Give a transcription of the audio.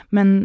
Men